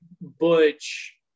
Butch